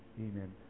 Amen